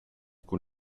cun